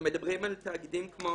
מדברים על תאגידים כמו